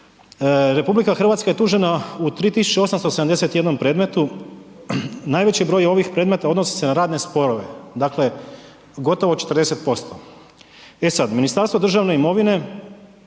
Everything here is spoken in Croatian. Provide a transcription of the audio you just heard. se tu radi, RH je tužena u 3871 predmetu, najveći broj ovih predmeta odnosi se na radne sporove. Dakle gotovo 40%. E sad, Ministarstvo državne imovine